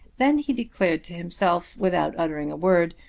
then he declared to himself, without uttering a word,